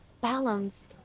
balanced